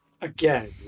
again